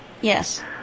yes